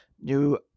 new